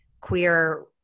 queer